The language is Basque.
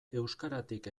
euskaratik